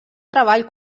treball